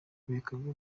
ibikorwa